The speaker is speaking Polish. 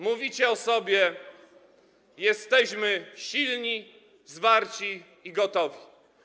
Mówicie o sobie: jesteśmy silni, zwarci i gotowi.